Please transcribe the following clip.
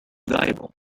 valuable